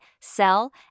sell